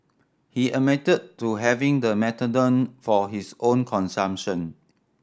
he admitted to having the methadone for his own consumption